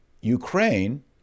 Ukraine